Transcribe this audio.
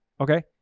okay